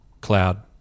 cloud